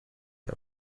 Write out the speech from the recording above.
him